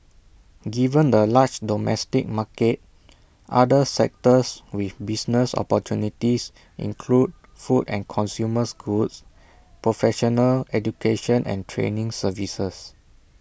given the large domestic market other sectors with business opportunities include food and consumers goods professional education and training services